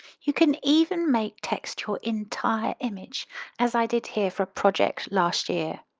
you can even make text your entire image as i did here for a project last year.